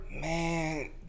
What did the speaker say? Man